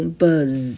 buzz